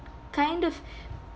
kind of